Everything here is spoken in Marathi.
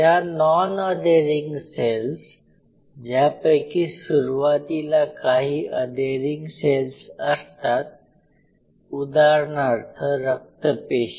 या नॉन अधेरिंग सेल्स ज्यापैकी सुरुवातीला काही अधेरिंग सेल्स असतात उदाहरणार्थ रक्त पेशी